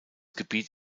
gebiet